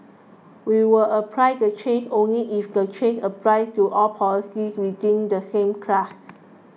we will apply the changes only if the changes apply to all policies within the same class